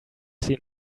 seen